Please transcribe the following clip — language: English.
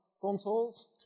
consoles